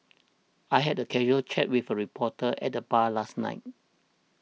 I had a casual chat with a reporter at the bar last night